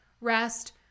rest